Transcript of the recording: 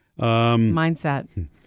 Mindset